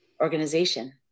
organization